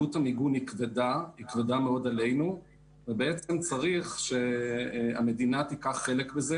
עלות המיגון כבדה מאוד עלינו וצריך שהמדינה תיקח חלק בזה.